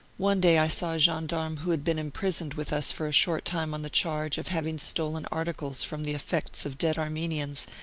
one day i saw a gendarme who had been imprisoned with us for a short time on the charge of having stolen articles from the effects of dead armenians,